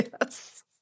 Yes